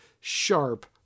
sharp